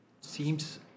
seems